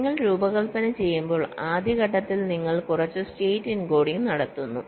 നിങ്ങൾ രൂപകൽപ്പന ചെയ്യുമ്പോൾ ആദ്യ ഘട്ടത്തിൽ നിങ്ങൾ കുറച്ച് സ്റ്റേറ്റ് എൻകോഡിംഗ് നടത്തുന്നു